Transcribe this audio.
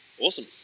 awesome